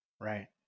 Right